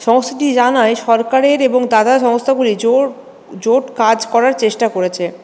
সরাসরি জানায় সরকারের এবং তার সংস্থাগুলির জোট জোট কাজ করার চেষ্টা করেছে